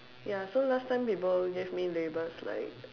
ya so last time people gave me labels like